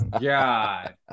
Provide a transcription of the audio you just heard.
God